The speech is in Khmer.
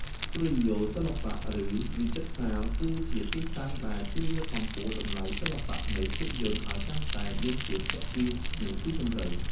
ស្ទូឌីយោសិល្បៈ ឬវិចិត្រសាល គឺជាទីតាំងដែលជួយលើកកម្ពស់តម្លៃសិល្បៈនៃភាពយន្តឱ្យកាន់តែមានភាពទាក់ទាញ និងស៊ីជម្រៅ។